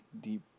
deep